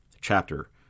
chapter